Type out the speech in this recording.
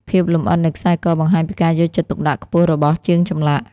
ភាពលម្អិតនៃខ្សែកបង្ហាញពីការយកចិត្តទុកដាក់ខ្ពស់របស់ជាងចម្លាក់។